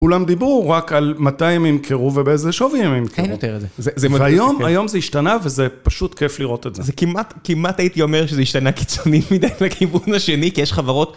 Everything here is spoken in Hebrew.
כולם דיברו רק על מתי הם ימכרו ובאיזה שווי הם ימכרו. כן, אין יותר את זה. והיום זה השתנה וזה פשוט כיף לראות את זה. זה כמעט, כמעט הייתי אומר שזה השתנה קיצוני מדי לכיוון השני, כי יש חברות...